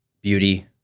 beauty